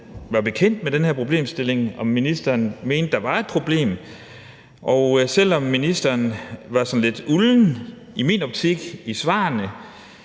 var bekendt med den her problemstilling, og om ministeren mente, der var et problem. Og selv om ministeren i min optik var sådan lidt ulden i svarene,